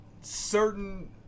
certain